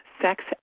Sex